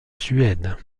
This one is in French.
suède